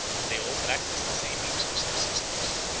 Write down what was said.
that they all practised the same means of subsistence,